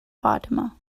fatima